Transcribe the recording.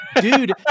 Dude